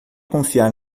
confiar